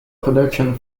production